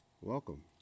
welcome